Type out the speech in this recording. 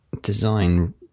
design